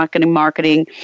Marketing